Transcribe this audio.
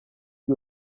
you